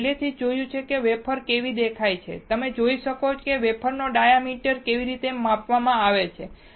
આપણે પહેલેથી જ જોયું છે કે વેફર કેવી દેખાય છે તમે જોઈ શકો છો કે વેફરનો ડાયામીટર આ રીતે માપવામાં આવે છે